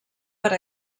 per